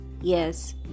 yes